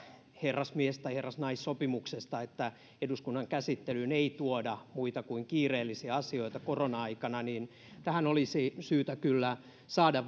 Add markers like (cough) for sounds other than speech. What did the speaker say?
herrasmies tai herrasnaissopimuksesta että eduskunnan käsittelyyn ei tuoda muita kuin kiireellisiä asioita korona aikana tähän olisi syytä kyllä saada (unintelligible)